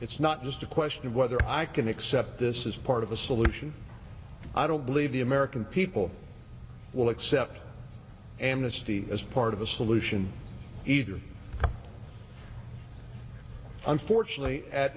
it's not just a question of whether i can accept this as part of a solution i don't believe the american people will accept an honesty as part of the solution either unfortunately at